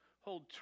hold